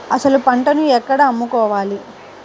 అసలు పంటను ఎక్కడ అమ్ముకోవాలి?